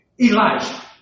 Elijah